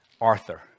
Arthur